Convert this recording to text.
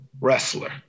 wrestler